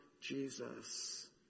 Jesus